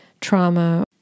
trauma